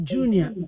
Junior